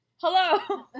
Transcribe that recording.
Hello